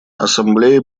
ассамблея